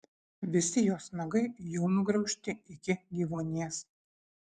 visi jos nagai jau nugraužti iki gyvuonies